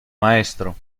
maestro